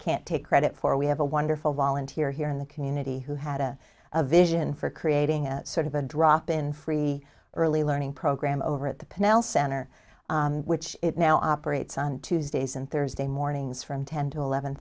can't take credit for we have a wonderful volunteer here in the community who had a a vision for creating a sort of a drop in free early learning program over at the pinellas center which it now operates on tuesdays and thursday mornings from ten to eleven